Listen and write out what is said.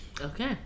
Okay